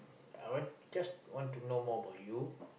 I want just want to know more about you